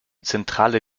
zentrale